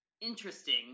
interesting